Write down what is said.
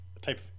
type